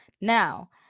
Now